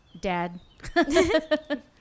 Dad